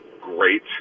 great